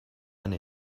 eine